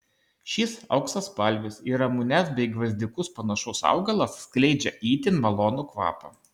šis auksaspalvis į ramunes bei gvazdikus panašus augalas skleidžia itin malonų kvapą